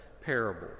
parable